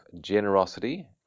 generosity